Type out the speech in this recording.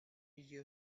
your